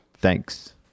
thanks